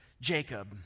Jacob